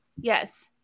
Yes